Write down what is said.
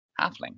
halfling